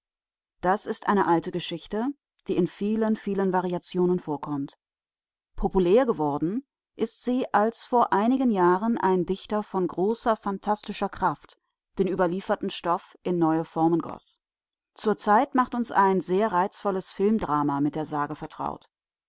das ist eine alte geschichte die in vielen vielen variationen vorkommt populär geworden ist sie als vor einigen jahren ein dichter von großer phantastischer kraft den überlieferten stoff in neue formen goß zurzeit macht uns ein sehr reizvolles filmdrama mit der sage vertraut